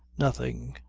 nothing.